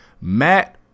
matt